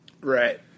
Right